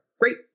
Great